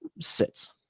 sits